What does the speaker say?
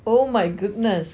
oh my goodness